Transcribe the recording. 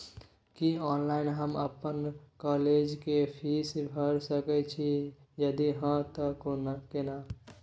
की online हम अपन college के फीस भैर सके छि यदि हाँ त केना?